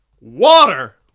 Water